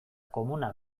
komuna